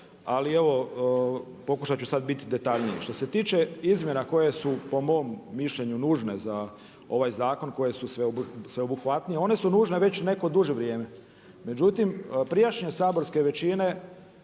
ali evo pokušat ću sada biti detaljniji. Što se tiče izmjena koje su po mom mišljenju nužne za ovaj zakon koji su sveobuhvatnije, one su nužne već neko duže vrijeme. Međutim, prijašnje saborske većine